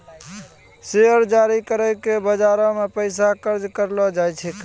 share जारी करि के बजारो से पैसा कर्जा करलो जाय सकै छै